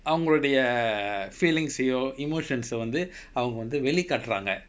அவங்களுடைய:avangaludaiya feelings !aiyo! emotions வந்து அவங்க வந்து வெளிக்காட்டுறாங்க: vanthu avanga vanthu velikkaatturaanga